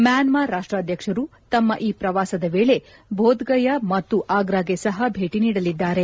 Myanmar ರಾಷ್ಲಾಧಕ್ಷರು ತಮ್ಮ ಈ ಪ್ರವಾಸದ ವೇಳೆ ಬೋಧಗಯಾ ಮತ್ತು ಆಗ್ರಾಗೆ ಸಹ ಭೇಟಿ ನೀಡಲಿದ್ದಾರೆ